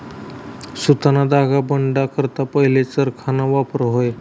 सुतना धागा बनाडा करता पहिले चरखाना वापर व्हये